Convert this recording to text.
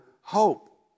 hope